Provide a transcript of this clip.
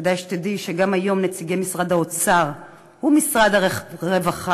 כדאי שתדעי שגם היום נציגי משרד האוצר ומשרד הרווחה